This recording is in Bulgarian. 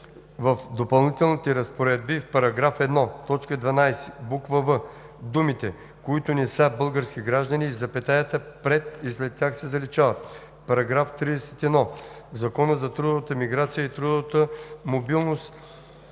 в допълнителните разпоредби, в § 1, т. 12, буква „в“ думите „които не са български граждани“ и запетаята пред и след тях се заличават. § 31. В Закона за трудовата миграция и трудовата мобилност